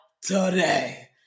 today